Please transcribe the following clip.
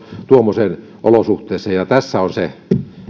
tuommoiseen olosuhteeseen ja tässä on se